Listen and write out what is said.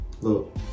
look